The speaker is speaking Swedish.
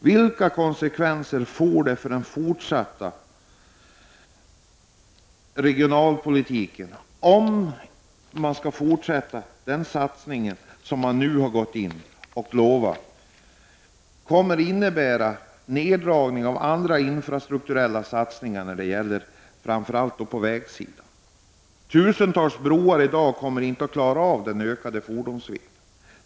Vilka konsekvenser får det för den framtida regionalpolitiken om man skall gå vidare med de nu utlovade satsningarna? Kommer det att innebära neddragning av andra infrastrukturella satsningar på vägarna? Tusentals befintliga broar kommer inte att klara av den ökade fordonsvikten.